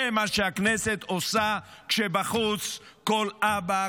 זה מה שהכנסת עושה כשבחוץ כל אבא,